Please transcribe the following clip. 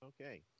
Okay